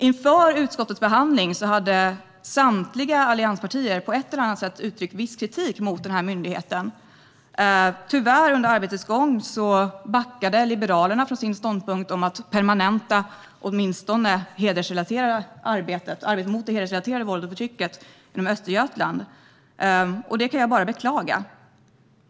Inför utskottets behandling hade samtliga allianspartier på ett eller annat sätt uttryckt viss kritik mot den här myndigheten. Tyvärr backade under arbetets gång Liberalerna från sin ståndpunkt om att permanenta åtminstone arbetet i Östergötland mot det hedersrelaterade våldet och förtrycket. Det kan jag bara beklaga.